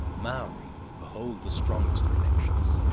maori hold the strongest connections.